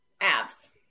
Abs